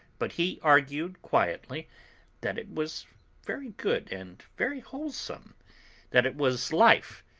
but he argued quietly that it was very good and very wholesome that it was life,